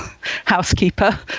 housekeeper